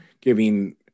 giving